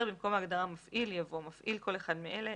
במקום ההגדרה "מפעיל" יבוא: ""מפעיל"- כל אחד מאלה: